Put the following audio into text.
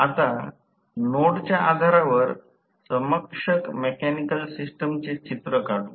आता नोडच्या आधारावर समकक्ष मेकॅनिकल सिस्टमचे चित्र काढु